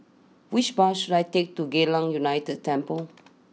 which bus should I take to Geylang United Temple